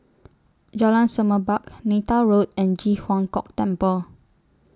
Jalan Semerbak Neythal Road and Ji Huang Kok Temple